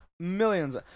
Millions